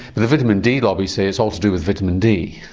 the vitamin d lobby say it's all to do with vitamin d.